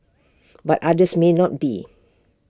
but others may not be